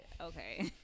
Okay